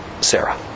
Sarah